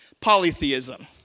Polytheism